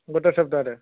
ଗୋଟେ ସପ୍ତାହରେ